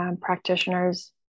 Practitioners